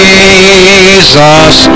Jesus